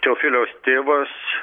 teofiliaus tėvas